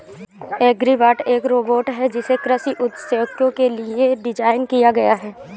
agribot एक robot है जिसे कृषि उद्देश्यों के लिए डिज़ाइन किया गया है